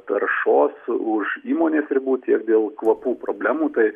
taršos už įmonės ribų tiek dėl kvapų problemų tai